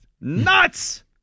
nuts